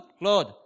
Lord